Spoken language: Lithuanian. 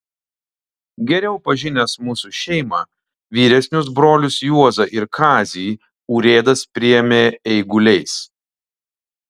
geriau pažinęs mūsų šeimą vyresnius brolius juozą ir kazį urėdas priėmė eiguliais